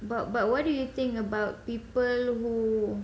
but but why do you think about people who